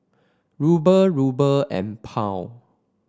Ruble Ruble and Pound